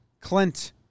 Clint